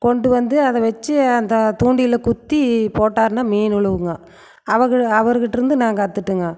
கொண்டு வந்து அதை வச்சு அந்த தூண்டில் குத்தி போட்டார்னால் மீன் விழுகும்ங்க அவர்கிட்டே இருந்து நான் கத்துக்கிட்டேன்ங்க